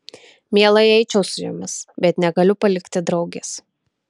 mielai eičiau su jumis bet negaliu palikti draugės